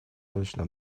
точно